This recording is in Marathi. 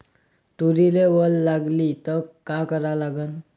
तुरीले वल लागली त का करा लागन?